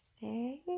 say